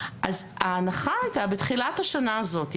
ההנחה הייתה בתחילת השנה הזאת,